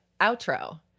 Outro